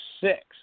six